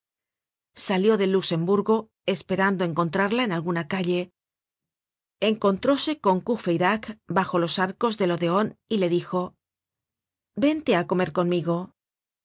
salió del luxemburgo esperando encontrarla en alguna calle encontróse con courfeyrac bajo los arcos del odeon y le dijo vente á comer conmigo